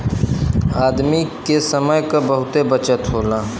आदमी के समय क बहुते बचत होला